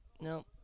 No